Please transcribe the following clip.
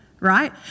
Right